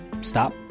stop